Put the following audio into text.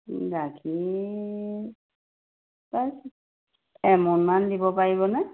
গাখীৰ প্ৰায় এমোন মান দিব পাৰিবনে